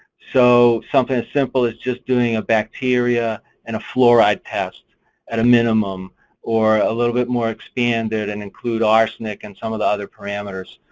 so something as simple as just doing a bacteria and a fluoride test at a minimum or a little bit more expanded and include arsenic and some of the other parameters.